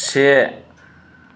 से